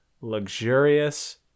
luxurious